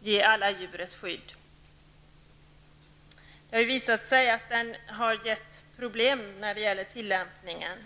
ge alla djur ett skydd. Det har visat sig att ramlagen har medfört problem när det gäller tillämpningen.